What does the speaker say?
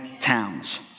towns